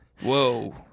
Whoa